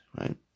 right